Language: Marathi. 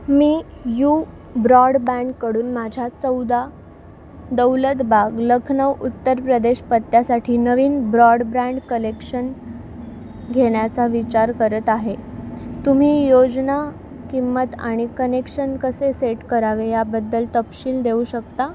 मी यू ब्रॉडबँडकडून माझ्या चौदा दौलत बाग लखनऊ उत्तर प्रदेश पत्त्यासाठी नवीन ब्रॉडबँड कलेक्शन घेण्याचा विचार करत आहे तुम्ही योजना किंमत आणि कनेक्शन कसे सेट करावे याबद्दल तपशील देऊ शकता